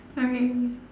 okay